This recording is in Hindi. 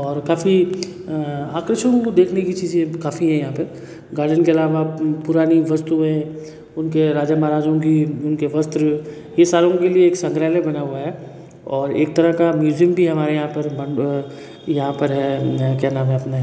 और काफी आकर्षण देखने की चीज़ें काफ़ी हैं यहाँ पे गार्डन के अलावा पु पुरानी वस्तुएँ उनके राजा महाराजाओं की उनके वस्त्र ये सारों के लिए एक संग्रहालय बना हुआ है और एक तरह का म्यूजियम भी है हमारे यहाँ पर बन रहा यहाँ पर है क्या नाम है अपने